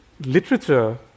literature